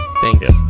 Thanks